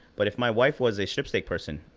but if my wife was a strip steak person,